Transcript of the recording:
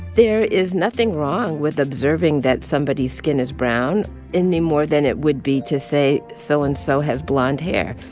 there is nothing wrong with observing that somebody's skin is brown any more than it would be to say so-and-so so and so has blonde hair.